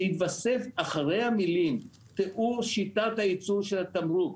שיתווסף אחרי המילים "תיאור שיטת הייצור של התמרוק"